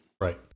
Right